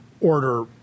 order